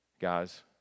Guys